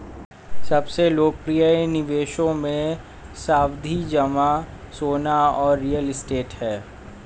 सबसे लोकप्रिय निवेशों मे, सावधि जमा, सोना और रियल एस्टेट है